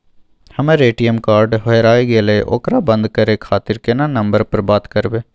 हमर ATM card हेराय गेले ओकरा बंद करे खातिर केना नंबर पर बात करबे?